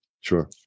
Sure